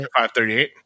538